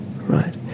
right